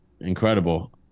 Incredible